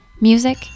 Music